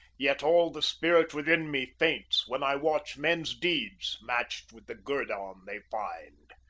yet all the spirit within me faints, when i watch men's deeds matched with the guerdon they find.